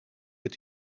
het